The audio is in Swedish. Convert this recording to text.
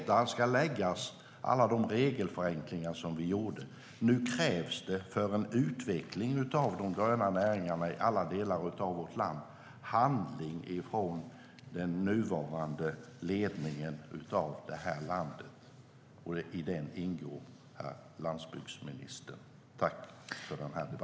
Till det ska läggas alla de regelförenklingar som vi gjorde. För en utveckling av de gröna näringarna i alla delar av vårt land krävs handling av den nuvarande ledningen för landet. I den ingår herr landsbygdsministern.